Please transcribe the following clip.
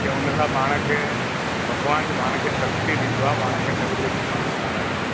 हुनसां पाण खे भॻवान पाण खे शक्ती ॾींदो आहे पाण खे तकलीफ़ूं सहिन करण जूं